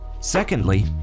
Secondly